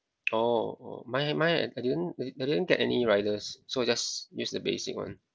orh orh mine mine I didn't I didn't get any riders so I just use the basic one